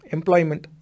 Employment